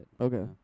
Okay